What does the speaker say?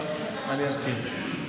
לא, אני אמתין.